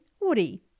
Woody